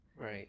Right